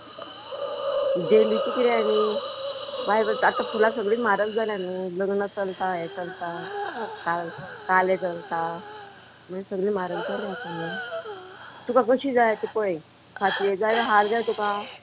डेलीचें किरें न्ही बाय आतां फुलां सगळीं म्हारग जाल्या न्हू लग्न चलता हें चलता काल काले चलता मागीर सगळीं म्हारग जाली आतां न्हू तुका कशी जाय आसा पय फाटी जाय काय हार जाय तुका